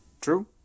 True